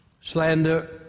slander